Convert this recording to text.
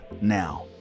now